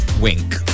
wink